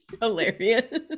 Hilarious